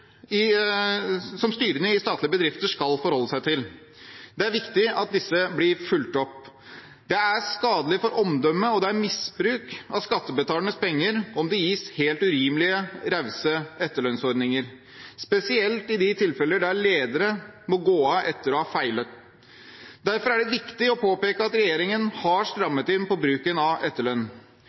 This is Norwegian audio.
som styrene i statlige bedrifter skal forholde seg til. Det er viktig at disse blir fulgt opp. Det er skadelig for omdømmet, og det er misbruk av skattebetalernes penger om det gis helt urimelig rause etterlønnsordninger, spesielt i de tilfeller der ledere må gå av etter å ha feilet. Derfor er det viktig å påpeke at regjeringen har strammet inn på bruken av etterlønn.